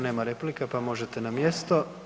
Nema replika, pa možete na mjesto.